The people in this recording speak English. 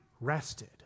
rested